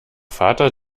vater